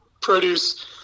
produce